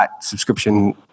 subscription